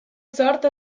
sort